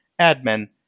admin